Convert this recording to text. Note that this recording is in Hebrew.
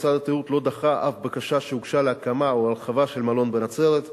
משרד התיירות לא דחה אף בקשה שהוגשה להקמה או הרחבה של מלון בנצרת.